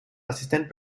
assistent